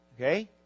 Okay